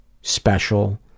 special